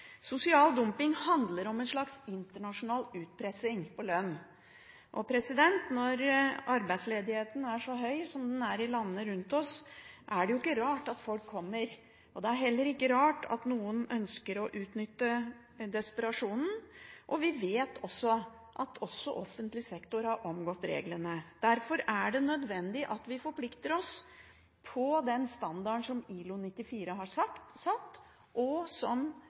Sosial dumping handler om en slags internasjonal utpressing på lønn. Når arbeidsledigheten er så høy som den er i landene rundt oss, er det jo ikke rart at folk kommer. Det er heller ikke rart at noen ønsker å utnytte desperasjonen, og vi vet også at offentlig sektor har omgått reglene. Derfor er det nødvendig at vi forplikter oss på den standarden som ILO 94 har satt, og som